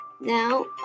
now